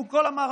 מול כל המערכות,